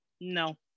no